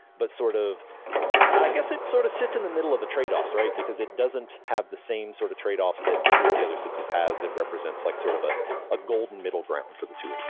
but sort of i guess it sort of sits in the middle of the trade-offs, because it doesn't have the same sort of trade-offs that either of the other systems has. it represents like sort of ah a golden middle ground for the two